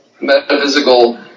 metaphysical